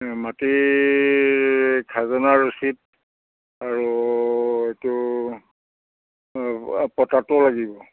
মাটিৰ খাজনা ৰচিত আৰু এইটো পটাতো লাগিব